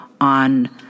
on